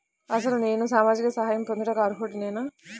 అసలు నేను సామాజిక సహాయం పొందుటకు అర్హుడనేన?